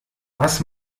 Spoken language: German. was